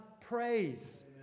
praise